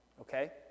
Okay